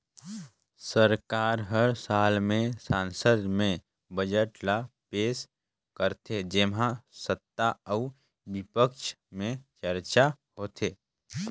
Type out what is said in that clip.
सरकार हर साल में संसद में बजट ल पेस करथे जेम्हां सत्ता अउ बिपक्छ में चरचा होथे